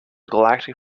galactic